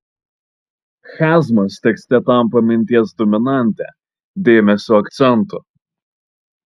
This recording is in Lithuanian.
chiazmas tekste tampa minties dominante dėmesio akcentu